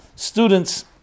Students